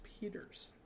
Peters